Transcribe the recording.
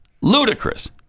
Ludicrous